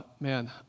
man